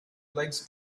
legs